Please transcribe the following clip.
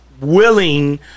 willing